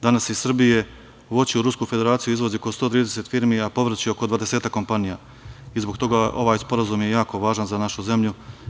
Danas iz Srbije voće u Rusku Federaciju izvozi oko 130 firmi, a povrće oko dvadesetak kompanija i zbog toga ovaj sporazum je jako važan za našu zemlju.